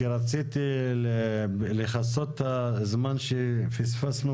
כי רציתי לכסות את הזמן שפספסנו